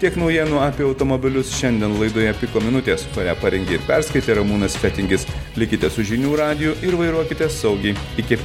tiek naujienų apie automobilius šiandien laidoje piko minutės kurią parengė ir perskaitė ramūnas fetingis likite su žinių radiju ir vairuokite saugiai iki